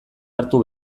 hartu